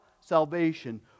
salvation